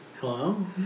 Hello